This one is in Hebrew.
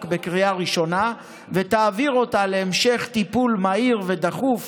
בקריאה ראשונה ותעביר אותה להמשך טיפול מהיר ודחוף